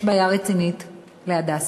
יש בעיה רצינית ל"הדסה".